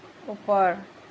ওপৰ